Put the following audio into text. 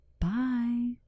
Bye